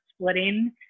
splitting